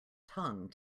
tongue